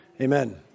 Amen